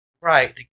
Right